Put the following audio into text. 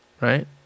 right